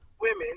women